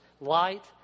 light